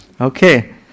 okay